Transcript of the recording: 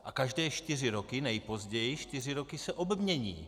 A každé čtyři roky, nejpozději čtyři roky, se obmění.